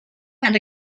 and